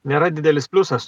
nėra didelis pliusas